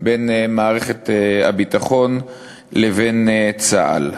בין מערכת הביטחון לבין צה"ל.